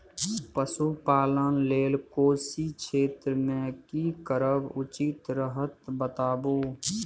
पशुपालन लेल कोशी क्षेत्र मे की करब उचित रहत बताबू?